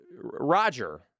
Roger